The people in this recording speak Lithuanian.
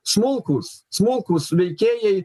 smulkūs smulkūs veikėjai